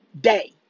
day